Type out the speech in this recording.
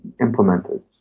implemented